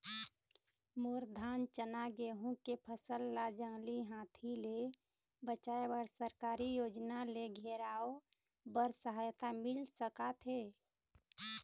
मोर धान चना गेहूं के फसल ला जंगली हाथी ले बचाए बर सरकारी योजना ले घेराओ बर सहायता मिल सका थे?